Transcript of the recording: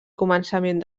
començament